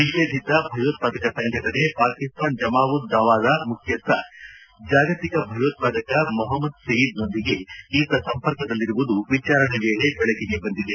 ನಿಷೇಧಿತ ಭಯೋತ್ಪಾದಕ ಸಂಘಟನೆ ಪಾಕಿಸ್ತಾನ ಜಮಾ ಉದ್ ದಾವದ ಮುಖ್ಯಸ್ಥ ಜಾಗತಿಕ ಭಯೋತ್ವಾದಕ ಮೊಹಮ್ಮದ್ ಸೆಯೀದ್ನೊಂದಿಗೆ ಈತ ಸಂಪರ್ಕದಲ್ಲಿರುವುದು ವಿಚಾರಣೆ ವೇಳೆ ಬೆಳಕಿಗೆ ಬಂದಿದೆ